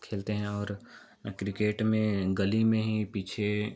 खेलते हैं और क्रिकेट में गली में ही पीछे